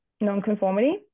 nonconformity